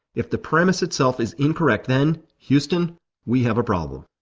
if the premise itself is incorrect, then houston we have a problem.